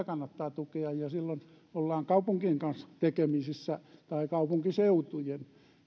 kannattaa tukea ja silloin ollaan kaupunkien kanssa tekemisissä tai kaupunkiseutujen